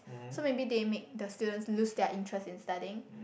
so maybe they make their student lose their interest in studying